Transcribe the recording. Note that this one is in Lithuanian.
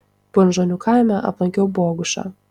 punžonių kaime aplankiau bogušą